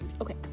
okay